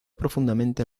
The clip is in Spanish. profundamente